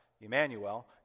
Emmanuel